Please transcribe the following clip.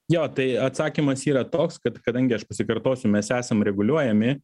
jo tai atsakymas yra toks kad kadangi aš pasikartosiu mes esam reguliuojami